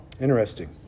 Interesting